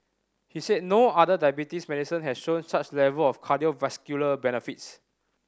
he said no other diabetes medicine had shown such level of cardiovascular benefits